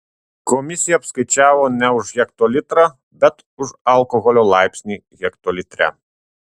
komisija apskaičiavo ne už hektolitrą bet už alkoholio laipsnį hektolitre